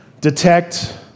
detect